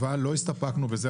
אבל לא הסתפקנו בזה,